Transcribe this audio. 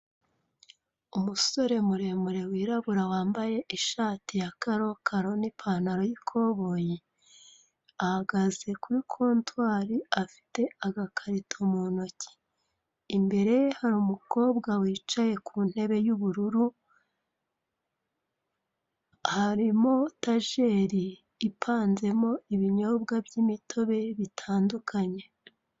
Umusore muremure, wirabura, wambaye ishati ya karokaro n'ipantaro y'ikoboyi, ahagaze kuri kontwari afite agakarito mu ntoki, imbere hari umukobwa wicaye ku ntebe y'ubururu, harimo tajeri ipanzemo ibinyobwa by'imitobe bitandukanye.